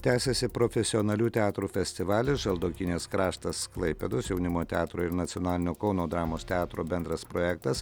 tęsiasi profesionalių teatrų festivalio žaldokynės kraštas klaipėdos jaunimo teatro ir nacionalinio kauno dramos teatro bendras projektas